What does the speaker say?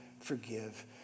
forgive